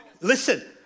listen